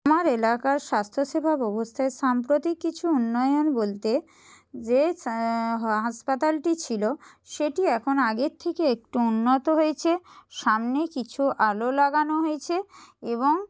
আমার এলাকার স্বাস্থ্যসেবা ব্যবস্থায় সাম্প্রতিক কিছু উন্নয়ন বলতে যে হাসপাতালটি ছিলো সেটি এখন আগের থেকে একটু উন্নত হয়েছে সামনে কিছু আলো লাগানো হয়েছে এবং